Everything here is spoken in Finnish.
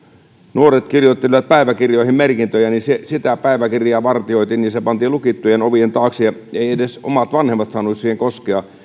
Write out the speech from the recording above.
nuoret kirjoittelivat päiväkirjoihin merkintöjä niin sitä päiväkirjaa vartioitiin se pantiin lukittujen ovien taakse eivätkä edes omat vanhemmat saaneet siihen koskea